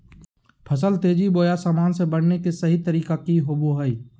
फसल तेजी बोया सामान्य से बढने के सहि तरीका कि होवय हैय?